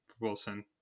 Wilson